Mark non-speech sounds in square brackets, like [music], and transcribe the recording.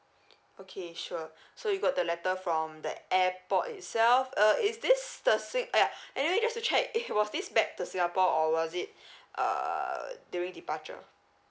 okay sure [breath] so you got the letter from the airport itself uh is this the same ya [breath] anyway just to check if was this back to singapore or was it [breath] uh during departure